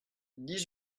dix